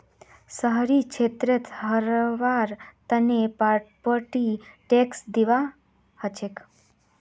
शहरी क्षेत्रत रहबार तने प्रॉपर्टी टैक्स दिबा हछेक